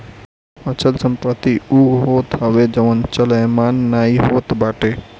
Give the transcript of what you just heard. अचल संपत्ति उ होत हवे जवन चलयमान नाइ होत बाटे